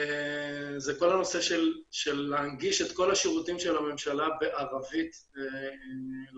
זה כל הנושא של להנגיש את כל השירותים של הממשלה בערבית לאוכלוסייה.